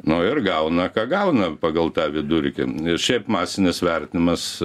nu ir gauna ką gauna pagal tą vidurkį ir šiaip masinis vertinimas